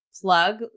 plug